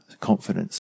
confidence